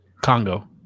Congo